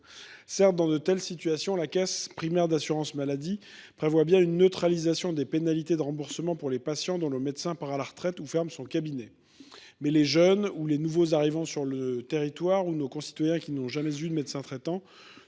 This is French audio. Certes, dans de telles situations, la caisse primaire d’assurance maladie (CPAM) prévoit bien une neutralisation des pénalités de remboursement pour les patients dont le médecin part à la retraite ou ferme son cabinet. Mais les jeunes, les nouveaux arrivants sur le territoire, ou encore ceux de nos concitoyens qui n’ont jamais eu de médecin traitant